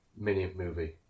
mini-movie